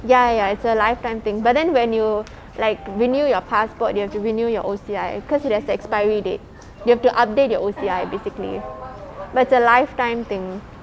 ya ya ya it's a lifetime thing but then when you like renew your passport you have to renew your O_C_I because it has the expiry date you have to update your O_C_I basically but it's a lifetime thing